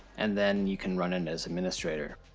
and then you can run it as administrator.